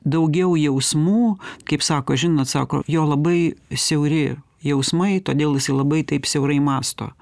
daugiau jausmų kaip sako žinot sako jo labai siauri jausmai todėl jisai labai taip siaurai mąsto